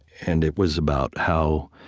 and it was about how